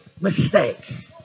mistakes